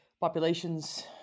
populations